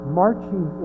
marching